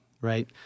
right